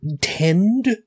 tend